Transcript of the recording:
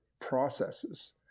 processes